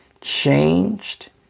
changed